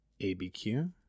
abq